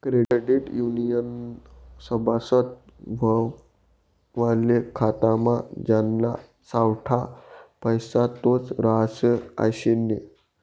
credit युनियननं सभासद व्हवाले खातामा ज्याना सावठा पैसा तोच रहास आशे नै